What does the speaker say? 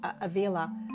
Avila